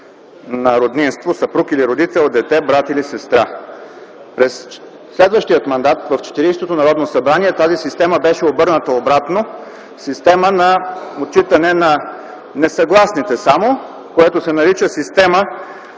на роднинство – съпруг или родител, дете, брат или сестра. През следващия мандат, в Четиридесетото Народно събрание, тази система беше обърната обратно – система на отчитане само на несъгласните, което се нарича система